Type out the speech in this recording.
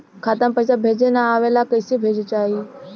खाता में पईसा भेजे ना आवेला कईसे भेजल जाई?